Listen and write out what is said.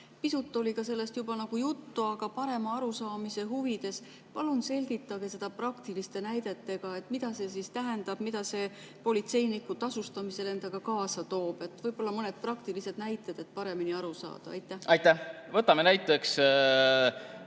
Pisut oli ka sellest juba juttu, aga parema arusaamise huvides palun selgitage praktiliste näidetega, mida see siis tähendab, mida see politseiniku tasustamisel endaga kaasa toob. Võib-olla mõned praktilised näited, et paremini aru saada. Aitäh! Võtame näiteks